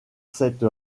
cette